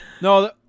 No